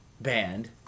band